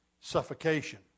suffocation